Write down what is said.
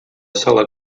sala